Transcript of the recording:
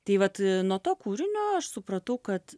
tai vat nuo to kūrinio aš supratau kad